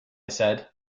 said